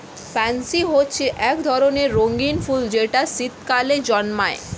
pansy হচ্ছে এক ধরনের রঙিন ফুল যেটা শীতকালে জন্মায়